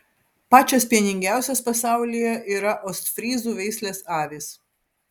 pačios pieningiausios pasaulyje yra ostfryzų veislės avys